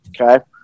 Okay